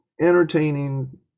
entertaining